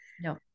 No